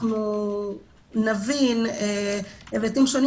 שנבין היבטים שונים,